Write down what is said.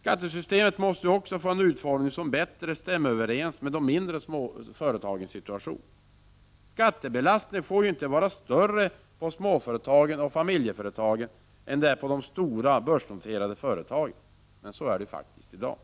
Skattesystemet måste också få en utformning som bättre överensstämmer med de mindre företagens situation. Skattebelastningen får inte vara större på småföretagen och familjeföretagen än på de stora börsnoterade företagen, men så är det i dag.